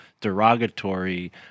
derogatory